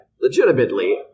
legitimately